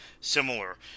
similar